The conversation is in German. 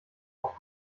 auf